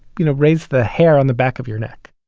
you know, raise the hair on the back of your neck